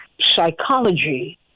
psychology